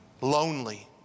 lonely